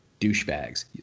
douchebags